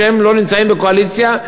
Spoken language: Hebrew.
כשהם לא נמצאים בקואליציה,